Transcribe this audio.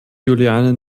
juliane